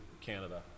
Canada